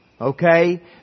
okay